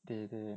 they they